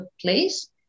place